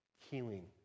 healing